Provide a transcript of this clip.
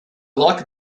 like